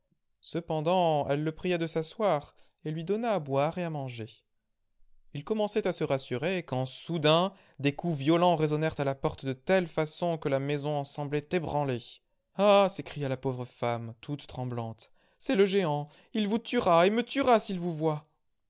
cependant elle le pria de s'asseoir et lui dohna à boire et à manger il commençait à se rassurer quand soudain des coups violents résonnèrent à la porte de telle façon que la maison en semblait ébranlée ah s'écria la pauvre femme toute tremblante c'est le géant il vous tuera et me tuera s'il vous voit